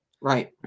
Right